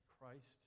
Christ